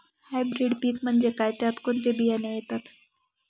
Hybrid पीक म्हणजे काय? यात कोणते बियाणे येतात?